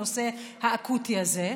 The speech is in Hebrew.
הנושא האקוטי הזה,